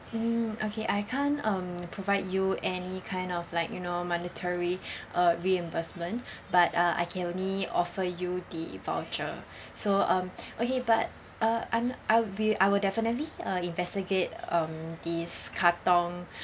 mm okay I can't um provide you any kind of like you know monetary uh reimbursement but uh I can only offer you the voucher so um okay but uh I'm I would be I would definitely uh investigate um these katong